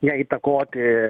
ją įtakoti